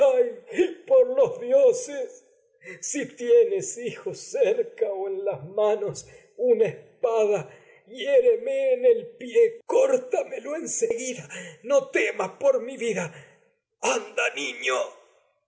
pol dioses si tienes hijo en en las manos una es pada hiéreme mas el pie córtamelo en seguida no te por mi vida anda niño